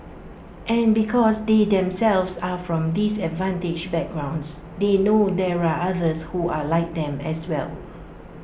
and because they themselves are from disadvantaged backgrounds they know there are others who are like them as well